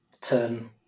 turn